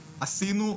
עשינו,